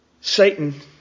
Satan